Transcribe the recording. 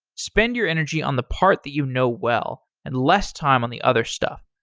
spend your energy on the part that you know well and less time on the other stuff.